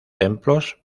templos